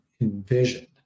envisioned